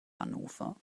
hannover